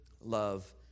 love